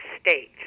state